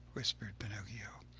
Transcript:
whispered pinocchio.